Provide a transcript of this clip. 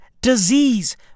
disease